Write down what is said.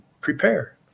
prepare